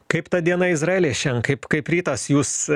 kaip ta diena izraely šian kaip kaip rytas jūs